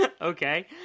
Okay